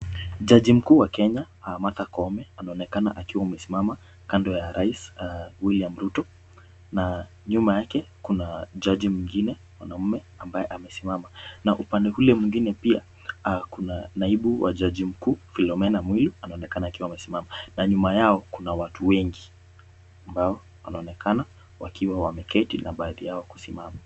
Jaji mkuu wa Kenya, Martha Koome anaonekana akiwa amesimama kando ya rais William Ruto na nyuma yake kuna jaji mwingine mwanaume ambaye amesimama na upande ule mwingine pia, kuna naibu wa jaji mkuu, Philomena Mwilu, anaonekana akiwa amesimana na nyuma yao kuna watu wengi, ambao wanaonekana wakiwa wameketi na baadhi yao kusimama.